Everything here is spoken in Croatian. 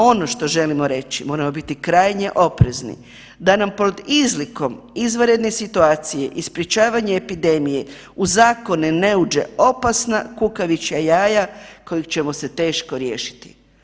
Ono što želimo reći, moramo biti krajnje oprezni da nam pod izlikom izvanredne situacije i sprječavanja epidemije u zakone ne uđe opasna kukavičja jaja kojih ćemo se teško riješiti.